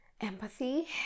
Empathy